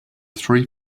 three